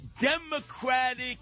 Democratic